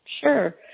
Sure